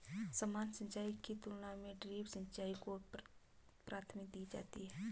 सामान्य सिंचाई की तुलना में ड्रिप सिंचाई को प्राथमिकता दी जाती है